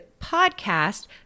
podcast